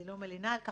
אני לא מלינה על כך,